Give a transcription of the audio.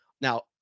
now